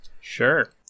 Sure